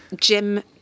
Jim